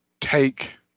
take